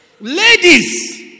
Ladies